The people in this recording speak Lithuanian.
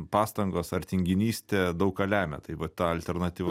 pastangos ar tinginystė daug ką lemia tai vat alternatyva